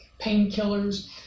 painkillers